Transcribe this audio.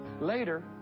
Later